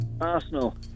Arsenal